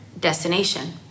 destination